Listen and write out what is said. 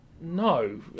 no